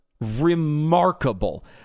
remarkable